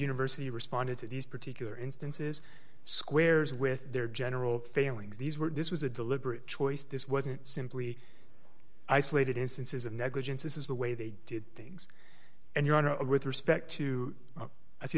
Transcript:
university responded to these particular instances squares with their general failings these were this was a deliberate choice this wasn't simply isolated instances of negligence this is the way they did things and your honor with respect to i see